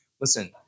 Listen